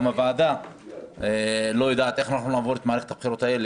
גם הוועדה לא יודעת איך אנחנו נעבור את מערכת הבחירות הזאת,